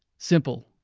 simple,